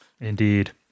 Indeed